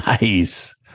Nice